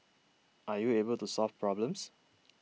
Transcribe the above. are you able to solve problems